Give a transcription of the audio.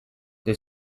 they